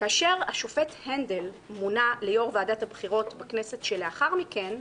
כאשר השופט הנדל מונה ליו"ר ועדת הבחירות בכנסת שלאחר מכן,